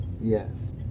Yes